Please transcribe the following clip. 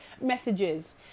messages